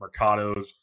Mercados